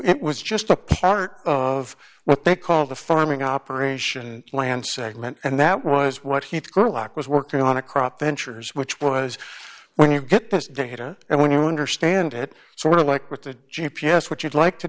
it was just a part of what they call the farming operation land segment and that was what he'd go locke was working on a crop ventures which was when you get this data and when you understand it sort of like with the g p s what you'd like to